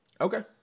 Okay